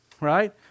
right